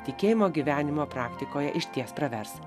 tikėjimo gyvenimo praktikoje išties pravers